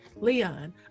leon